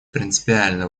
принципиально